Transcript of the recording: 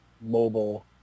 mobile